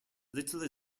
little